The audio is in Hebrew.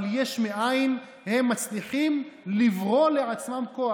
אבל יש מאין הם מצליחים לברוא לעצמם כוח,